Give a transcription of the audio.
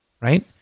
right